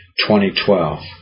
2012